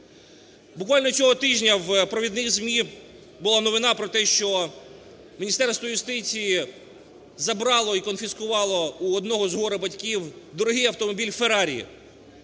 Буквально цього тижня в провідних ЗМІ була новина про те, що Міністерство юстиції забрало і конфіскувало у одного з горе-батьків дорогий автомобіль Ferrari